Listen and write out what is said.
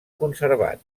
conservat